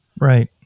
Right